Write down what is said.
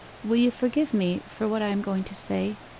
will you forgive me for what i am going to say?